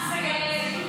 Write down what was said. זה היה קצת משעשע.